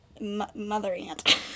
mother-aunt